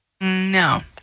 No